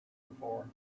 before